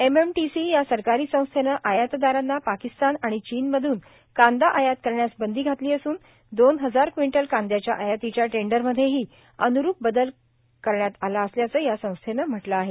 M M T C या सरकारी संस्थेनं आयातदारांना पाकिस्तान आणि चीनमधून कांदा आयात करण्यास बंदी घातली असून दोन हजार क्विंटल कांद्याच्या आयातीच्या टेंडरमध्येही अन्रूप बदल करण्यात आला असल्याचं या संस्थेनं म्हटलं आहे